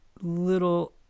little